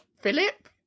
Philip